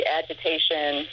agitation